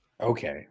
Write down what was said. Okay